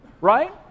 right